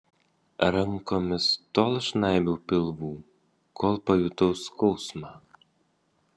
rankomis tol žnaibiau pilvų kol pajutau skausmą